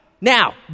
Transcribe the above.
Now